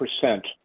percent